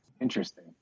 interesting